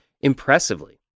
impressively